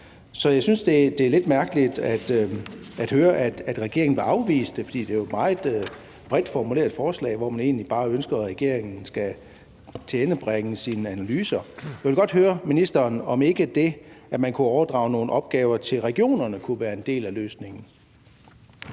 Så jeg synes, det er lidt mærkeligt at høre, at regeringen vil afvise det, for det er jo et meget bredt formuleret forslag, hvor man egentlig bare ønsker, at regeringen skal tilendebringe sine analyser. Jeg vil godt høre ministeren, om ikke det, at man kunne overdrage nogle opgaver til regionerne, kunne være en del af løsningen.